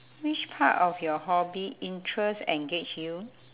which part of your hobby interest engage you